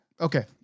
Okay